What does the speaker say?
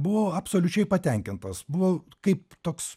buvau absoliučiai patenkintas buvau kaip toks